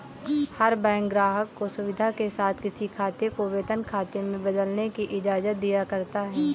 हर bank ग्राहक को सुविधा के साथ किसी खाते को वेतन खाते में बदलने की इजाजत दिया करता है